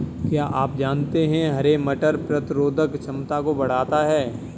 क्या आप जानते है हरे मटर प्रतिरोधक क्षमता को बढ़ाता है?